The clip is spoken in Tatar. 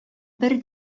бер